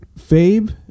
Fabe